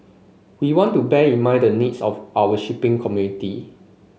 we want to bear in mind the needs of our shipping community